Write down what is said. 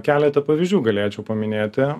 keletą pavyzdžių galėčiau paminėti